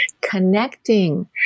Connecting